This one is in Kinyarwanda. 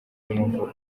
y’amavuko